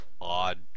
odd